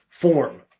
form